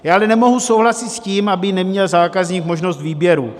Já ale nemohu souhlasit s tím, aby neměl zákazník možnost výběru.